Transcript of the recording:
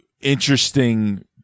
interesting